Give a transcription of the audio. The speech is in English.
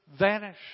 vanish